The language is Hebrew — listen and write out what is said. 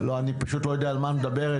אני פשוט לא יודע על מה את מדברת,